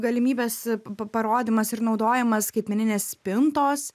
galimybės p parodymas ir naudojamis skaitmeninės spintos